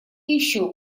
еще